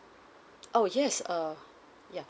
oh yes uh yeah